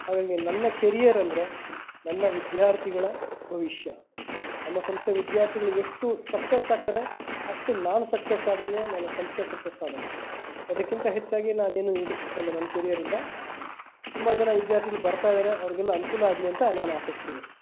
ಹಾಗಾಗಿ ನನ್ನ ಕೆರಿಯರ್ ಅಂದರೆ ನನ್ನ ವಿದ್ಯಾರ್ಥಿಗಳ ಭವಿಷ್ಯ ನನ್ನ ಸಂಸ್ಥೆ ವಿದ್ಯಾರ್ಥಿಗಳು ಎಷ್ಟು ಸಕ್ಸೆಸ್ ಆಗ್ತಾರೆ ಅಷ್ಟು ನಾನು ಸಕ್ಸೆಸ್ ಆದಂತೆ ನನ್ನ ಸಂಸ್ಥೆ ಸಕ್ಸೆಸ್ ಆದಂತೆ ಅದಕ್ಕಿಂತ ಹೆಚ್ಚಾಗಿ ನಾನೇನು ನಿರೀಕ್ಷಿಸಲ್ಲ ನನ್ನ ಕೆರಿಯರಿಂದ ತುಂಬ ಜನ ವಿದ್ಯಾರ್ಥಿಗಳು ಬರ್ತಾಯಿದ್ದಾರೆ ಅವರಿಗೆಲ್ಲ ಅನುಕೂಲ ಆಗಲಿ ಅಂತ ನಾನು ಆಶಿಸ್ತೀನಿ